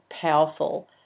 powerful